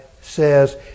says